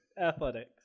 athletics